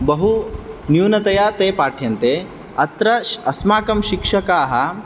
बहु न्यूनतया ते पाठ्यन्ते अत्र अस्माकं शिक्षकाः